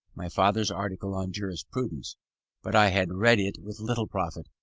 my father's article on jurisprudence but i had read it with little profit,